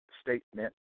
statement